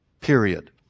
period